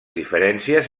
diferències